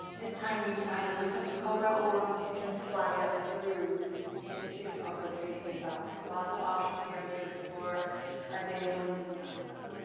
this time, we can either lift up to cobra, or we can slide up through into upward-facing dog. so lots of options here as we explore our day one of vinyasa.